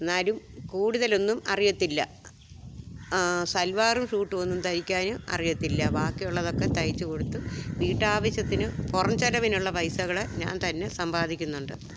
എന്നാലും കൂടുതലൊന്നും അറിയത്തില്ല സൽവാറും സ്യൂട്ട് ഒന്നും തയ്ക്കാൻ അറിയത്തില്ല ബാക്കിയുള്ളതൊക്കെ തയ്ച്ചു കൊടുത്ത് വീട്ടാവശ്യത്തിന് പുറം ചിലവിനുള്ള പൈസകൾ ഞാൻ തന്നെ സമ്പാദിക്കുന്നുണ്ട്